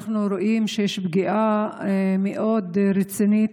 אנחנו רואים שיש פגיעה מאוד רצינית,